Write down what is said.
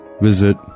visit